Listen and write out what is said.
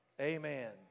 Amen